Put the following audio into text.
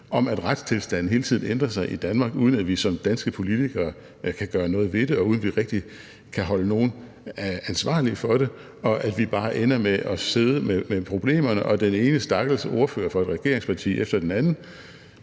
om, at retstilstanden hele tiden ændrer sig i Danmark, uden at vi som danske politikere kan gøre noget ved det, og uden at vi rigtig kan holde nogen ansvarlig for det, og at vi bare ender med at sidde med problemerne og den ene stakkels ordfører for et regeringsparti efter den anden,